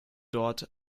dort